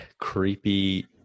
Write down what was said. creepy